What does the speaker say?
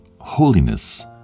holiness